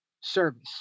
service